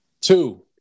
Two